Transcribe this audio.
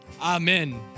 amen